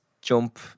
jump